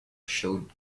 showed